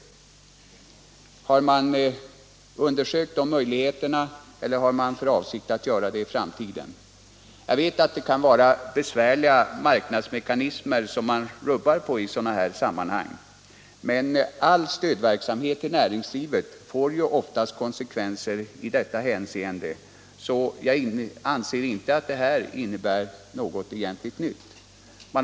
Har man undersökt dessa möjligheter eller har man för avsikt att göra det i framtiden? Jag vet att det kan vara besvärliga marknadsmekanismer som man rubbar på i sådana här sammanhang, men all stödverksamhet som riktar sig till näringslivet får ju oftast konsekvenser i detta hänseende, så jag anser inte att det skulle innebära något egentligt nytt.